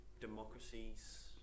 democracies